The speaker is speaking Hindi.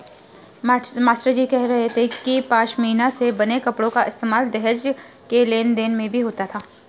मास्टरजी कह रहे थे कि पशमीना से बने कपड़ों का इस्तेमाल दहेज के लेन देन में भी होता था